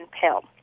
pill